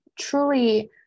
truly